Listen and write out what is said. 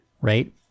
right